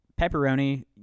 pepperoni